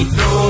no